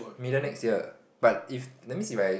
middle next year but if that means if I